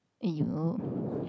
!aiyo!